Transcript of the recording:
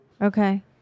Okay